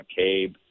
McCabe